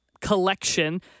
collection